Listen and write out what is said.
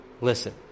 listen